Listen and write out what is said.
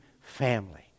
family